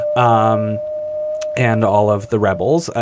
um and all of the rebels. ah